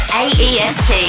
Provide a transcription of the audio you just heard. aest